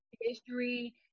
history